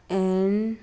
N